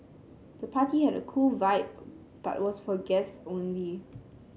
the party had a cool vibe but was for guests only